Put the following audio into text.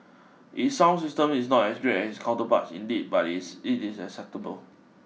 its sound system is not as great as its counterparts indeed but is it is acceptable